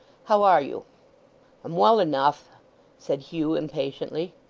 how are you i'm well enough said hugh impatiently.